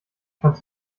kannst